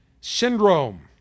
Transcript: syndrome